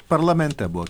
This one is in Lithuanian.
parlamente buvo